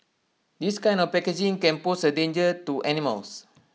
this kind of packaging can pose A danger to animals